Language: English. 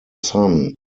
son